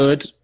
Good